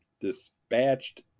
dispatched